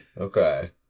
Okay